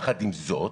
יחד עם זאת,